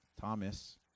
Thomas